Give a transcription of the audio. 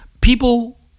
People